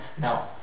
No